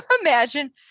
imagine